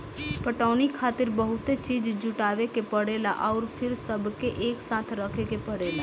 पटवनी खातिर बहुते चीज़ जुटावे के परेला अउर फिर सबके एकसाथे रखे के पड़ेला